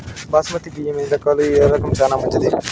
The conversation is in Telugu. బాస్మతి బియ్యం ఎన్ని రకాలు, ఏ రకం చానా మంచిది?